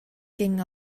gingen